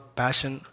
passion